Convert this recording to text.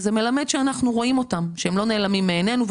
וזה מלמד שאנחנו רואים אותם והם לא נעלמים מעינינו.